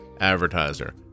advertiser